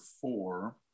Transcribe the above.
four